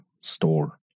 store